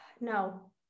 no